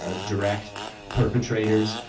ah direct perpetrators,